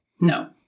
No